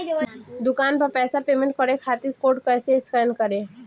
दूकान पर पैसा पेमेंट करे खातिर कोड कैसे स्कैन करेम?